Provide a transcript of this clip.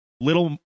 little